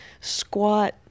squat